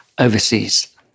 overseas